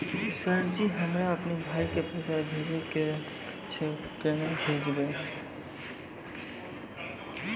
Sir ji हमरा अपनो भाई के पैसा भेजबे के छै, केना भेजबे?